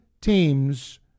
teams